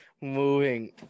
Moving